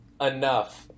Enough